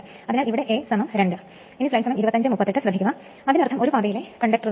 അതിനാൽ 3 phase induction മോട്ടറിന് 2 പ്രധാന ഭാഗങ്ങളുണ്ട്